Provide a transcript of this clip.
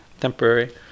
temporary